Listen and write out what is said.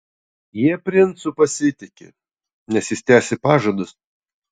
jie princu pasitiki nes jis tesi pažadus